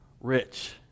rich